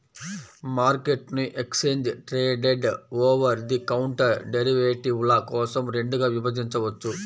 మార్కెట్ను exchange traded, over the counter డెరివేటివ్ల కోసం రెండుగా విభజించవచ్చు